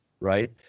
right